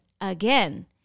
again